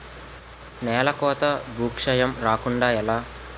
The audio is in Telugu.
నేలకోత భూక్షయం రాకుండ ఎలా?